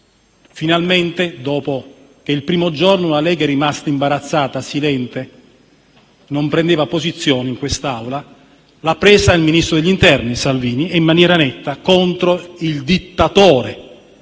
Finalmente, dopo il primo giorno, in cui la Lega è rimasta imbarazzata e silente, senza prendere posizioni in quest'Aula, l'ha fatto il ministro dell'interno Salvini, e in maniera netta, contro il dittatore